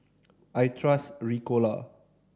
I trust Ricola